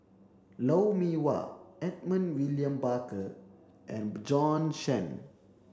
Lou Mee Wah Edmund William Barker and Bjorn Shen